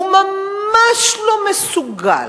ממש לא מסוגל,